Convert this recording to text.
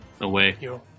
away